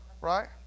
right